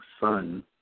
son